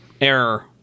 error